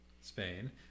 Spain